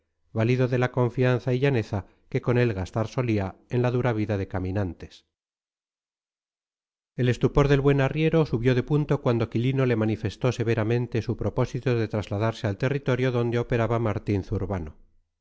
de la confianza y llaneza que con él gastar solía en la dura vida de caminantes el estupor del buen arriero subió de punto cuando quilino le manifestó severamente su propósito de trasladarse al territorio donde operaba martín zurbano